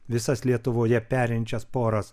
visas lietuvoje perinčias poras